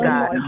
God